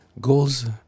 goals